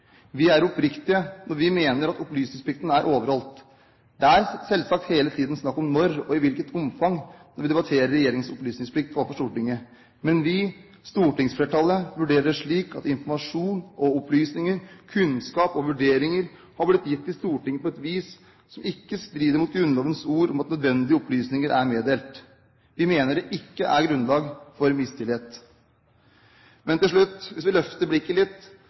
Vi er oppriktige når vi mener at opplysningsplikten er overholdt. Det er selvsagt hele tiden snakk om når og i hvilket omfang når vi debatterer regjeringens opplysningsplikt overfor Stortinget, men vi, stortingsflertallet, vurderer det slik at informasjon og opplysninger, kunnskap og vurderinger er blitt gitt til Stortinget på et vis som ikke strider mot Grunnlovens ord: Nødvendige opplysninger er meddelt. Vi mener det ikke er grunnlag for mistillit. Men til slutt: Hvis vi løfter blikket litt,